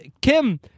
Kim